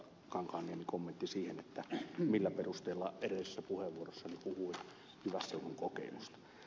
kankaanniemi kommentti siihen millä perusteella edellisessä puheenvuorossani puhuin jyvässeudun kokeilusta